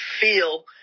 feel